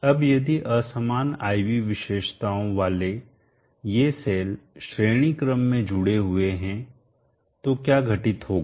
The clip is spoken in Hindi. अब यदि असमान I V विशेषताओं वाले ये सेल श्रेणी क्रम में जुड़े हुए हैं तो क्या घटित होगा